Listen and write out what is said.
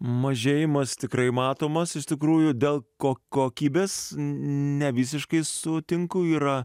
mažėjimas tikrai matomas iš tikrųjų dėl ko kokybės ne visiškai sutinku yra